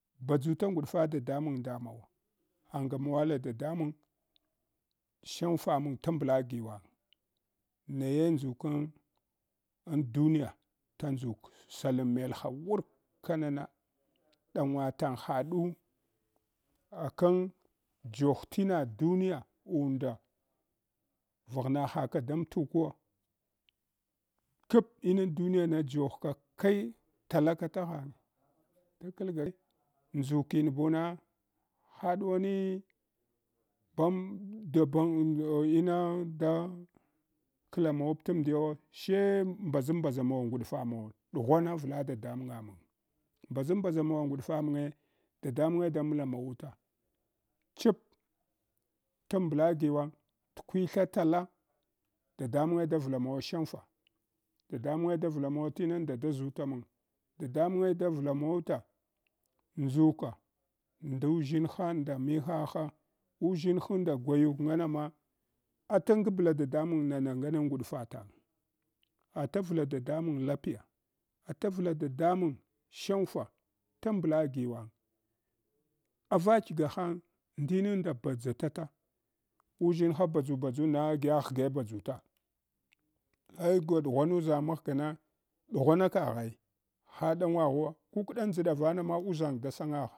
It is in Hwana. Badʒuta nguɗfa dadamang nda mawa angamawala dadamang shanfa mang tambla giwang shanfe mang tambla giwang naye ndʒukan an duniya tandzuk salan melha wurka nana ɗangwa tang haɗu akan joh tina duniya unda vaghna haka dam tukwa kap ina duniyana yohka kai talaka taghang takal gayi ndʒukin buna hadwani bam dabang ina da klamawa pla mdiyawa she mbaʒan mbaʒamawa nguɗfa mawa ɗughwana vla dadamanga mang mbaʒam mbaʒamawa nguɗfa mange da mlan awuta chip tambla giwang t’ kwitha tala dadamange da vlamawashanfa, dadamange d vlamawa tinung da ʒutamang dadamange da vlamawuta ndʒuka ndu ʒshinha, nda mihaha, uʒshinhunda gwayuk nganama atangabla dadamang nana ngna nguɗga tang atavla dadamang lapiya, atavla dadamang shwange tambla giwang avakiga hang ndininda badʒa tata uʒshinha badʒu badʒundna giya ghye badʒuta ai gwaɗghwanu ʒang maghga na ɗughwana kaghai ha ɗangwaghuwa kukɗa nʒaɗa vanama uzang da sangagha.